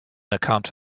account